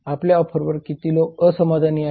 आपल्या ऑफरवर किती लोक असमाधानी आहेत